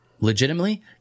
legitimately